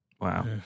Wow